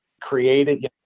created